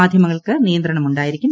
മാധ്യമങ്ങൾക്ക് നിയന്ത്രണം ഉണ്ടായിരിക്കും